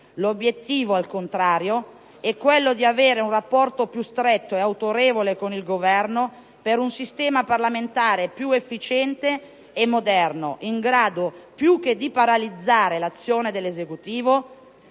L'obiettivo, al contrario, è quello di aver un rapporto più stretto e autorevole con il Governo, per un sistema parlamentare più efficiente e moderno, in grado, più che di paralizzare l'azione dell'Esecutivo,